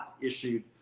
issued